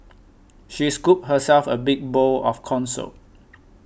she scooped herself a big bowl of Corn Soup